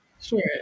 sure